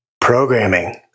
Programming